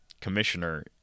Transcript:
Commissioner